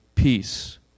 peace